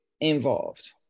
involved